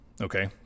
okay